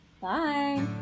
Bye